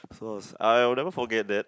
so I was like I'll never forget that